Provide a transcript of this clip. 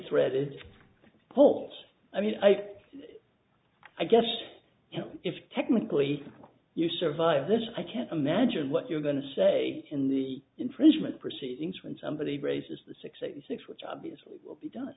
threaded holes i mean i i guess you know if technically you survive this i can't imagine what you are going to say in the infringement proceedings when somebody graces the sixty six which obviously will be done